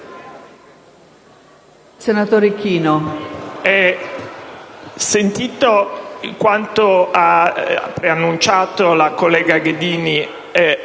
senatore Ichino.